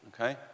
Okay